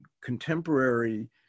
contemporary